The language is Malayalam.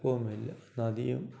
കുഴപ്പവുമില്ല നദിയും